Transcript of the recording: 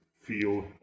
feel